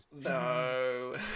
no